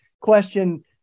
question